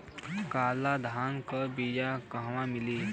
काला धान क बिया कहवा मिली?